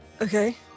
Okay